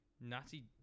Nazi